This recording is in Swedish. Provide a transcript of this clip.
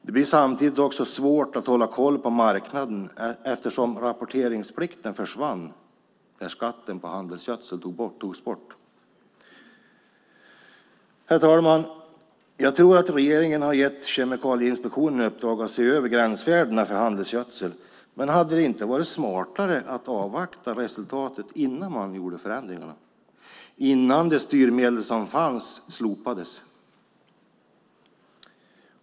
Det blir samtidigt svårt att hålla koll på marknaden eftersom rapporteringsplikten försvann när skatten på handelsgödsel togs bort. Herr talman! Jag tror att regeringen har gett Kemikalieinspektionen i uppdrag att se över gränsvärdena för handelsgödsel. Hade det inte varit smartare att avvakta resultatet av detta innan man gjorde förändringarna och innan det styrmedel som fanns slopades?